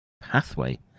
pathway